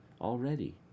already